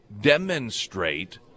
demonstrate